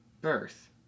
birth